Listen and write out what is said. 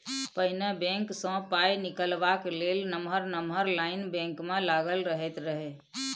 पहिने बैंक सँ पाइ निकालबाक लेल नमहर नमहर लाइन बैंक मे लागल रहैत रहय